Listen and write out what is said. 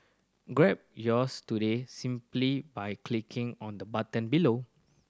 grab yours today simply by clicking on the button below